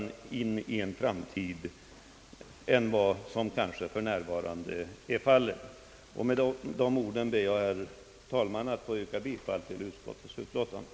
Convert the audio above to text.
Med dessa ord ber jag, herr talman, att få yrka bifall till utskottets betänkande.